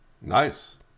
Nice